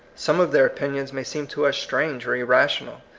some of their opin ions may seem to us strange or irrational.